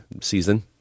season